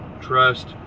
trust